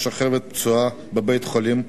ששוכבת פצועה בבית-חולים,